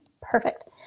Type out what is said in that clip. perfect